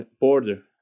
border